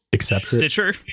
Stitcher